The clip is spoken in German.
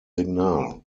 signal